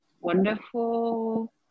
wonderful